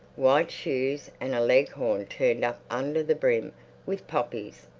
white shoes and a leghorn turned up under the brim with poppies.